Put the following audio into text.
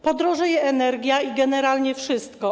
Podrożeje energia i generalnie wszystko.